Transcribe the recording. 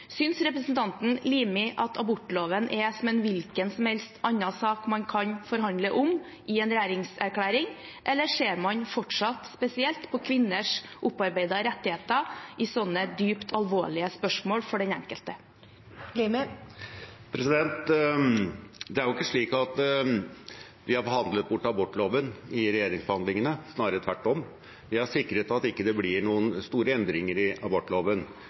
Synes representanten Limi at abortloven er som en hvilken som helst annen sak man kan forhandle om i en regjeringserklæring? Eller ser man fortsatt spesielt på kvinners opparbeidede rettigheter i sånne dypt alvorlige spørsmål for den enkelte? Det er jo ikke slik at vi har forhandlet bort abortloven i regjeringsforhandlingene – snarere tvert om. Vi har sikret at det ikke blir noen store endringer i abortloven,